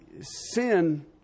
sin